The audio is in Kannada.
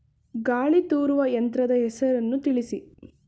ಗಾಳಿ ತೂರುವ ಯಂತ್ರದ ಹೆಸರನ್ನು ತಿಳಿಸಿ?